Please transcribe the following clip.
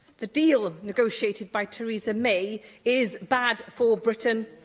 the deal negotiated by theresa may is bad for britain,